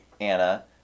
Anna